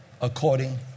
according